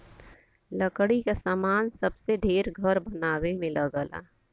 लकड़ी क सामान सबसे ढेर घर बनवाए में लगला